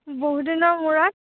বহু দিনৰ মূৰত